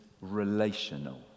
relational